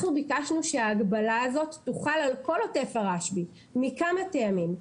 אנחנו ביקשנו שההגבלה הזאת תוחל על כל עוטף הרשב"י מכמה טעמים.